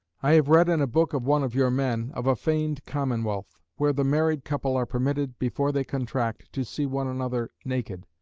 i have read in a book of one of your men, of a feigned commonwealth, where the married couple are permitted, before they contract, to see one another naked.